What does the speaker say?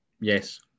Yes